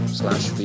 slash